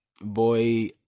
boy